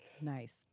Nice